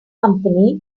company